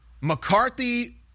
McCarthy